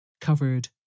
covered